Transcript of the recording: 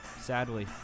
sadly